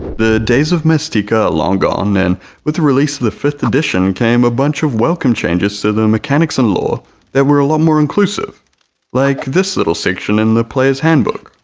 the days of maztica are long gone and with the release of the fifth edition came a bunch of welcome changes to the mechanics and lore that were a lot more inclusive like this little section in the players handbook.